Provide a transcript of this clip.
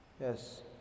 Yes